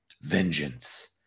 Vengeance